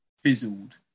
fizzled